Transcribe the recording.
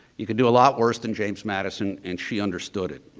you could do a lot worse than james madison and she understood it.